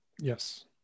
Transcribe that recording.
yes